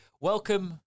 welcome